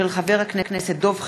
מאת חברי הכנסת דב חנין,